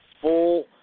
full